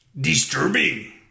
Disturbing